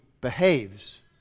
behaves